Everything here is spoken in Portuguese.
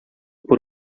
por